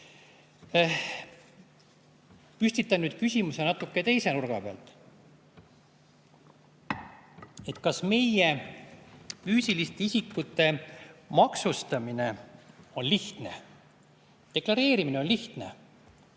Püstitan nüüd küsimuse natukene teise nurga pealt: kas meie füüsiliste isikute maksustamine on lihtne? Deklareerimine on lihtne,